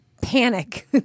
panic